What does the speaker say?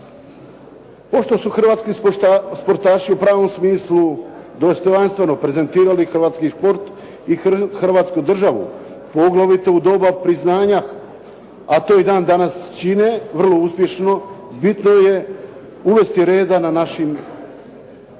Pošto su hrvatski sportaši u pravom smislu dostojanstveno prezentirali hrvatski šport i Hrvatsku državu poglavito u doba priznanja a to i dan danas čine vrlo uspješno bitno je uvesti reda na našim